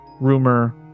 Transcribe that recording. rumor